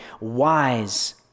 wise